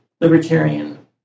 libertarian